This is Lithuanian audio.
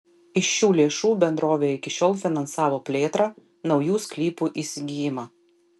iš šių lėšų bendrovė iki šiol finansavo plėtrą naujų sklypų įsigijimą